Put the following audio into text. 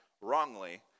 wrongly